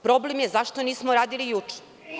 Problem je zašto nismo radili juče?